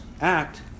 act